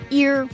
ear